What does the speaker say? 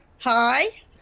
Hi